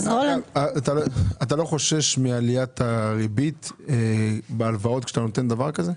אתה לא חושש מעליית הריבית בהלוואות כשאתה נותן דבר כזה?